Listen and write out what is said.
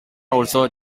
also